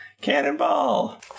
cannonball